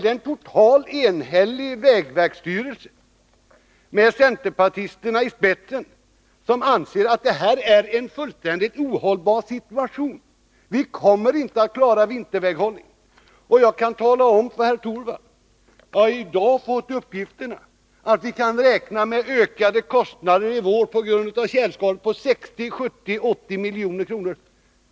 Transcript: En totalt enhällig vägverksstyrelse, i vilken även centerpartister ingår, anser att denna situation är fullständigt ohållbar. Vi kommer inte att klara vinterväghållningen. Jag kan tala om för Rune Torwald att jag i dag fått uppgifter om att vi kanske kan räkna med ökade kostnader, uppgående till 60, 70 eller 80 milj.kr., i vår på grund av tjälskador.